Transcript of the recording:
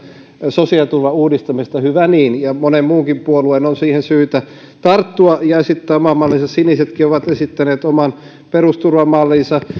sosiaaliturvan uudistamisesta hyvä niin ja monen muunkin puolueen on siihen syytä tarttua ja esittää oma mallinsa sinisetkin ovat esittäneet oman perusturvamallinsa